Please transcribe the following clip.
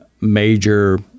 major